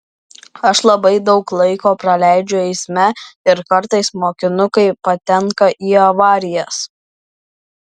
aš labai daug laiko praleidžiu eisme ir kartais mokinukai patenka į avarijas